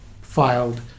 filed